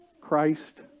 Christ